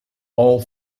all